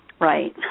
Right